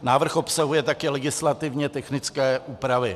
Návrh obsahuje také legislativně technické úpravy.